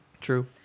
true